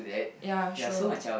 ya sure